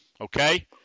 Okay